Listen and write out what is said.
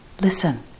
Listen